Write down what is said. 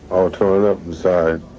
torn up inside.